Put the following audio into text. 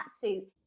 suit